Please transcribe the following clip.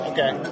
Okay